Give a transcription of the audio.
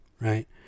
right